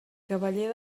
cavaller